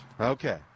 Okay